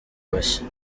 bashya